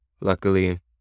Luckily